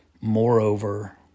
Moreover